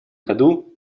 году